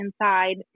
inside